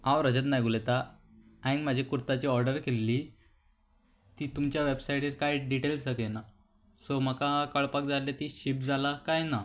हांव रजत नायक उलयतां हांयें म्हाजी कुर्ताची ऑर्डर केल्ली ती तुमच्या वेबसायटीर कांय डिटेल्स दाखना सो म्हाका कळपाक जाय आसले ती शिप्प कांय ना